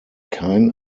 kein